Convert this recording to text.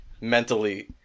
mentally